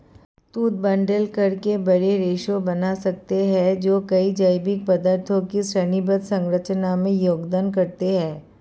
तंतु बंडल करके बड़े रेशे बना सकते हैं जो कई जैविक पदार्थों की श्रेणीबद्ध संरचना में योगदान करते हैं